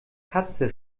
katze